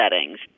settings